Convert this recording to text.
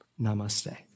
Namaste